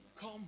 come